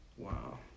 Wow